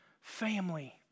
family